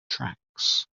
tracks